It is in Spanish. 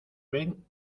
ven